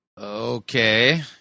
Okay